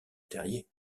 terrier